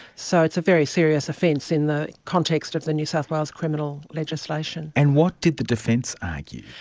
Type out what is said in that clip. so it's a very serious offence in the context of the new south wales criminal legislation. and what did the defence argue?